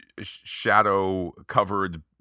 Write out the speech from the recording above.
shadow-covered